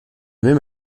même